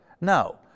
No